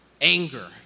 anger